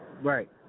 Right